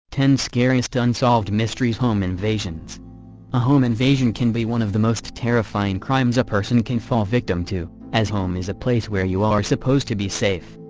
ten scariest unsolved mysteries home invasions a home invasion can be one of the most terrifying crimes a person can fall victim to, as home is a place where you are supposed to be safe.